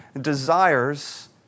desires